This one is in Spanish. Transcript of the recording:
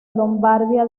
lombardía